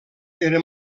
era